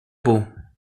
buca